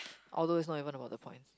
although it's not even about the points